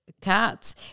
cats